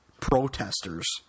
protesters